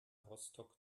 rostock